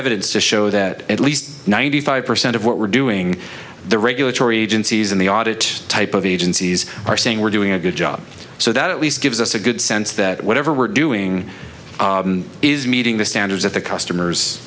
evidence to show that at least ninety five percent of what we're doing the regulatory agencies in the audit type of agencies are saying we're doing a good job so that at least gives us a good sense that whatever we're doing is meeting the standards that the customers